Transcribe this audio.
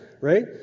Right